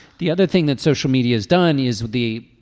the other thing that social media is done is the.